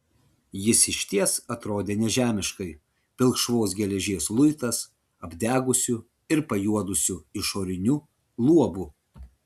jis išties atrodė nežemiškai pilkšvos geležies luitas apdegusiu ir pajuodusiu išoriniu luobu